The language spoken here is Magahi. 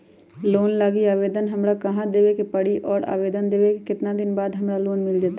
लोन लागी आवेदन हमरा कहां देवे के पड़ी और आवेदन देवे के केतना दिन बाद हमरा लोन मिल जतई?